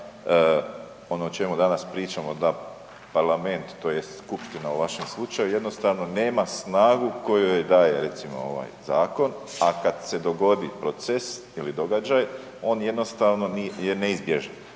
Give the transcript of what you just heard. ono o čemu danas pričamo da parlament tj. skupština u vašem slučaju, jednostavno nema snagu koju daje recimo ovaj zakon a kad se dogodi proces ili događaj, on jednostavno je neizbježan